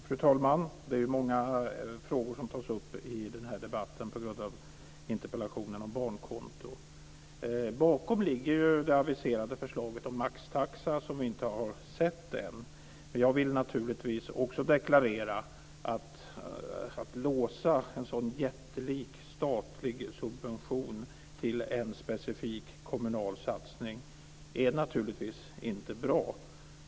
Fru talman! Det är många frågor som tas upp i den här debatten kring interpellationen om barnkonto. Bakom det här ligger ju det aviserade förslaget om maxtaxa, som vi inte har sett ännu. Men jag vill naturligtvis också deklarera att det naturligtvis inte är bra att låsa en sådan jättelik statlig subvention till en specifik kommunal satsning.